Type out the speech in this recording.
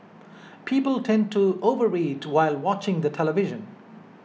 people tend to overeat while watching the television